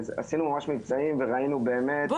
עשינו ממש מבצעים וראינו באמת גרף מאוד יפה.